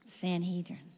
Sanhedrin